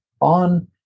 on